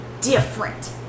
different